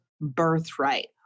birthright